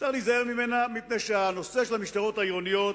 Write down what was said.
צריך להיזהר ממנה מפני שהנושא של המשטרות העירוניות,